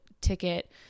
ticket